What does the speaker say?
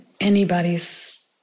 anybody's